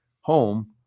home